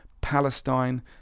Palestine